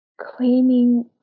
claiming